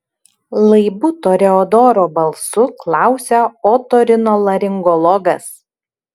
laibu toreadoro balsu klausia otorinolaringologas